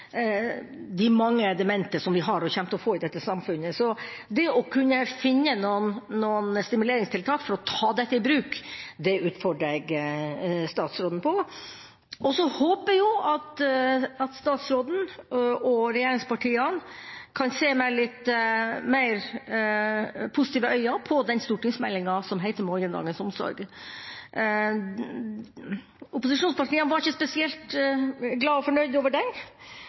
de mange demente vi har og kommer til å få i dette samfunnet. Så å kunne finne noen stimuleringstiltak for å ta dette i bruk, utfordrer jeg statsråden på. Så håper jeg at statsråden og regjeringspartiene kan se med litt mer positive øyne på den stortingsmeldingen som heter Morgendagens omsorg. Opposisjonspartiene var ikke spesielt glad for og fornøyd med den.